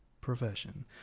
profession